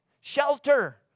shelter